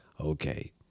Okay